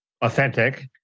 authentic